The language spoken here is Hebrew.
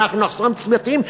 ואנחנו נחסום צמתים,